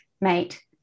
mate